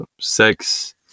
sex